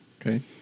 Okay